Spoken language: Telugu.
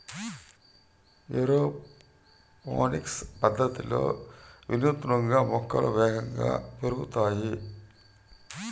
ఏరోపోనిక్స్ పద్ధతిలో వినూత్నంగా మొక్కలు వేగంగా పెరుగుతాయి